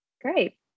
great